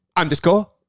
Underscore